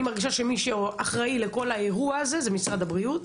מרגישה שמי שאחראי לכל האירוע הזה הוא משרד הבריאות.